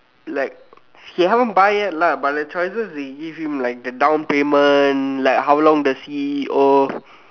like he haven't buy yet lah but the choices they give him like the down payment like how long is the C_E_O